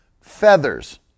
Feathers